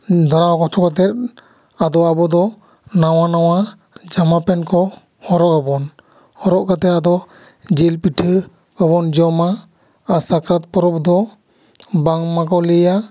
ᱫᱷᱚᱨᱟᱣ ᱚᱴᱚ ᱠᱟᱴᱮ ᱟᱵᱚ ᱫᱚ ᱱᱟᱣᱟ ᱱᱟᱣᱟ ᱡᱟᱢᱟ ᱯᱮᱱ ᱠᱚ ᱦᱚᱨᱚᱜᱟᱵᱚᱱ ᱦᱚᱨᱚᱜ ᱠᱟᱴᱮ ᱟᱫᱚ ᱡᱤᱞ ᱯᱤᱴᱷᱟᱹ ᱠᱚᱵᱚᱱ ᱡᱚᱢᱟ ᱟᱨ ᱥᱟᱠᱨᱟᱛ ᱯᱚᱨᱚᱵᱽ ᱫᱚ ᱵᱟᱝᱢᱟᱠᱚ ᱞᱟᱹᱭᱟ